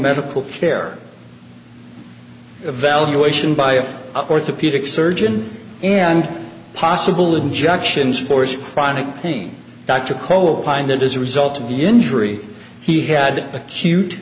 medical care evaluation by a orthopedic surgeon and possible injections force chronic pain dr cole opined that as a result of the injury he had acute